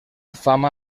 fama